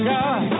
God